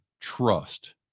trust